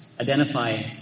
Identify